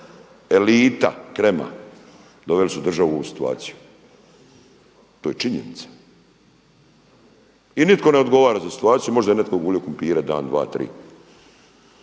elita, krema doveli su državu u ovu situaciju. To je činjenica. I nitko ne odgovara za situaciju, možda je netko gulio krumpire dan, dva, tri.